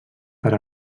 per